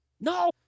No